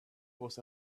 was